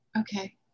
Okay